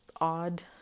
odd